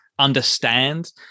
understand